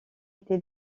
été